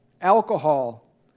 Alcohol